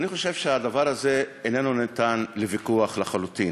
אני חושב שהדבר הזה איננו ניתן לוויכוח לחלוטין.